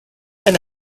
and